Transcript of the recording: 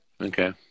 Okay